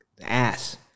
ass